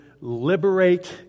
liberate